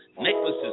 necklaces